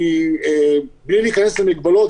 בלי להיכנס למגבלות,